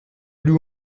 lui